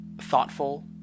thoughtful